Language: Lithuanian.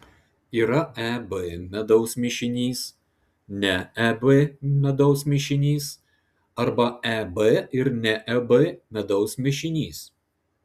yra eb medaus mišinys ne eb medaus mišinys arba eb ir ne eb medaus mišinys